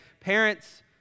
parents